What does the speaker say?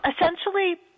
essentially